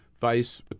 Vice